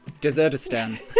Desertistan